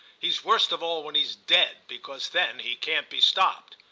he's worst of all when he's dead, because then he can't be stopped.